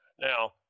Now